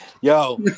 Yo